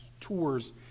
tours